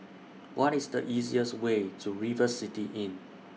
What IS The easiest Way to River City Inn